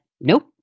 nope